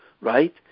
right